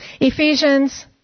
Ephesians